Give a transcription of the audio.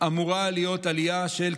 אמורה להיות עלייה אוטומטית,